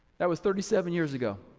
that was thirty seven years ago.